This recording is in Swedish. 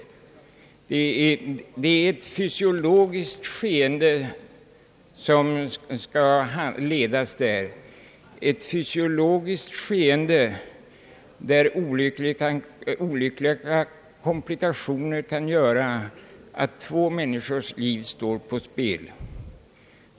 Det är ett fysiologiskt skeende som skall ledas där, ett fysiologiskt skeende där olyckliga komplikationer kan göra att två människors liv står på spel.